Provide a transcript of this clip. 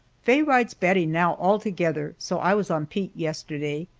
faye rides bettie now altogether, so i was on pete yesterday.